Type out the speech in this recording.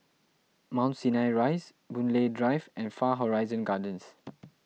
Mount Sinai Rise Boon Lay Drive and Far Horizon Gardens